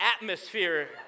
atmosphere